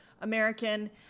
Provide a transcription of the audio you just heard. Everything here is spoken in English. American